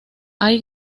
hay